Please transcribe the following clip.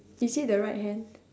is it the right hand